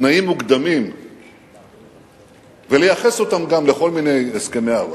תנאים מוקדמים ולייחס אותם גם לכל מיני הסכמי עבר,